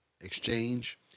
exchange